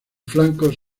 flancos